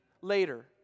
later